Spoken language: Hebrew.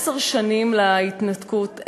עשר שנים להתנתקות,